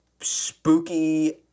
spooky